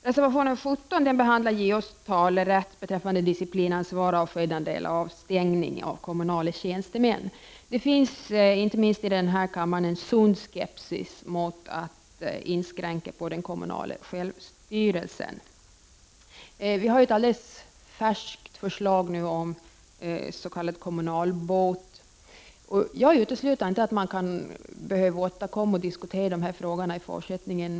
Reservation 17 behandlar JO:s talerätt beträffande disciplinansvar, avsked eller avstängning av kommunala tjänstemän. Det finns, inte minst i den här kammaren, en sund skepsis mot att inskränka den kommunala självstyrelsen. Vi har ett alldeles färskt förslag om s.k. kommunalbot. Jag utesluter inte att man kan behöva återkomma och diskutera de här frågorna.